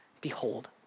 Behold